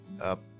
up